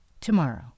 tomorrow